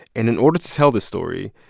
and in order to tell the story,